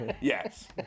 Yes